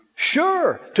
Sure